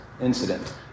incident